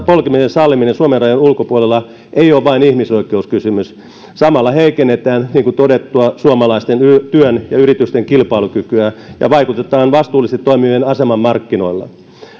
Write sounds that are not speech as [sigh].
[unintelligible] polkemisen salliminen suomen rajojen ulkopuolella ei ole vain ihmisoikeuskysymys samalla heikennetään niin kuin todettua suomalaisen työn ja suomalaisten yritysten kilpailukykyä ja vaikutetaan vastuullisesti toimivien asemaan markkinoilla